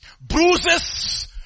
Bruises